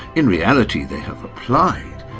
in reality they have applied,